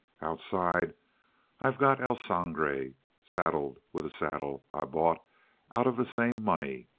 outside i've got el sangre saddled with a saddle i bought out of the same money.